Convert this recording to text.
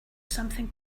something